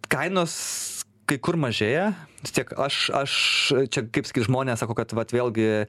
kainos kai kur mažėja vis tiek aš aš čia kaip sakyt žmonės sako kad vat vėlgi